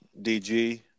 DG